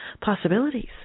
possibilities